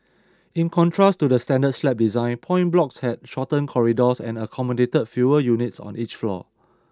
in contrast to the standard slab design point blocks had shorter corridors and accommodated fewer units on each floor